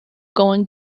going